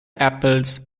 apples